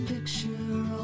Picture